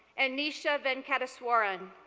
and nisha venkateswaran.